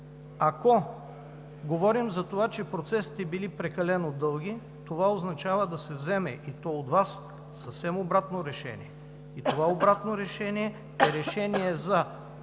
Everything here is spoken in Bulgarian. ако говорим за това, че процесите били прекалено дълги, това означава да се вземе, и то от Вас, съвсем обратно решение и това обратно решение е решение за